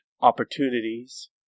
opportunities